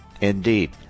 Indeed